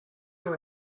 you